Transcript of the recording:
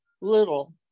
little